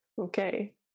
Okay